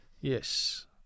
Yes